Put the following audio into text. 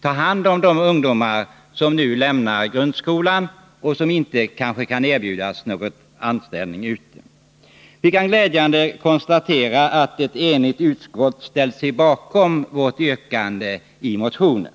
ta hand om de ungdomar som nu lämnar grundskolan och som inte kan erbjudas någon anställning ute på arbetsmarknaden. Det är glädjande att konstatera att ett enigt utskott ställer sig bakom vårt yrkande i motionen.